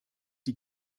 die